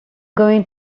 going